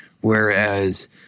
whereas